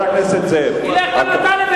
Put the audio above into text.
תתבייש לך.